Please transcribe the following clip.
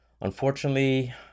unfortunately